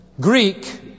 Greek